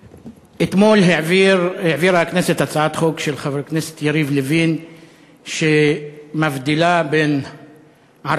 אתמול העבירה הכנסת הצעת חוק של חבר הכנסת יריב לוין שמבדילה בין ערבים,